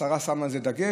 השרה שמה על זה דגש.